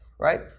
right